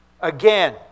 again